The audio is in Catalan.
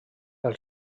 del